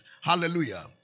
Hallelujah